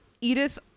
edith